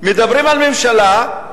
מדברים על ממשלה,